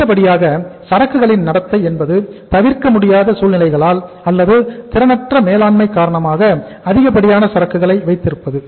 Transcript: அடுத்தபடியாக சரக்குகளின் நடத்தை என்பது தவிர்க்கமுடியாத சூழ்நிலைகளால் அல்லது திறனற்ற மேலாண்மை காரணமாக அதிகப்படியான சரக்குகளை வைத்திருப்பது